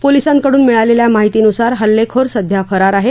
पोलिसांकडून मिळालेल्या माहिती नुसार हल्लेखोर सध्या फरार आहे